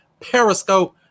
periscope